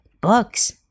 books